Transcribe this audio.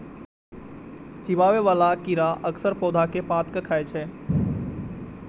चिबाबै बला कीड़ा अक्सर पौधा के पात कें खाय छै